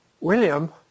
William